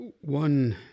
one